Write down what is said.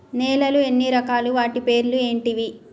నేలలు ఎన్ని రకాలు? వాటి పేర్లు ఏంటివి?